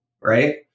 right